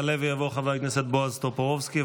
יעלה ויבוא חבר הכנסת בועז טופורובסקי,